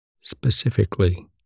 Specifically